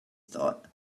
thought